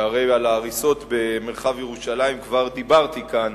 שהרי על ההריסות במרחב ירושלים כבר דיברתי כאן